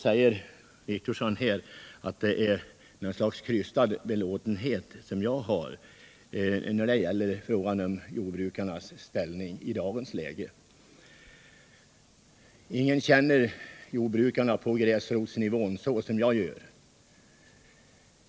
Herr Wictorsson säger att jag har något slags krystad belåtenhet när det gäller jordbrukarnas ställning i dagens läge. Ingen känner jordbrukarna på gräsrotsnivå bättre än jag gör.